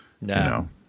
No